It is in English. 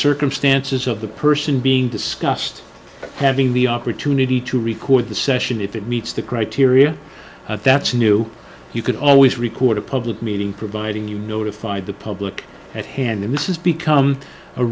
circumstances of the person being discussed having the opportunity to record the session if it meets the criteria that's new you could always record a public meeting providing you notified the public at hand and this is become a